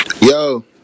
Yo